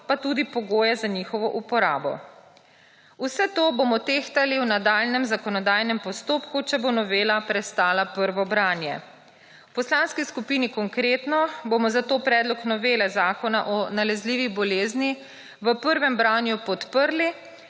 pa tudi pogoje za njihovo uporabo. Vse to bomo tehtali v nadaljnjem zakonodajnem postopku, če bo novela prestala prvo branje. V Poslanski skupini Konkretno bomo zato predlog novele Zakona o nalezljivih boleznih v prvem branju podprli